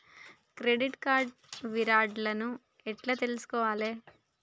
Credit card reward లను ఎట్ల తెలుసుకోవాలే?